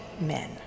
men